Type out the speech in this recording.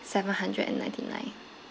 seven hundred and ninety nine